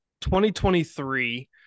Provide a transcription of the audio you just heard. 2023